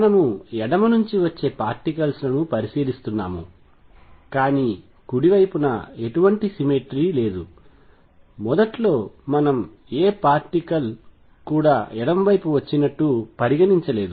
మనము ఎడమ నుండి వచ్చే పార్టికల్స్ లను పరిశీలిస్తున్నాము కానీ కుడి వైపున ఎటువంటి సిమెట్రీ లేదు మొదట్లో మనం ఏ పార్టికల్ కూడా ఎడమవైపుకు వచ్చినట్లు పరిగణించలేదు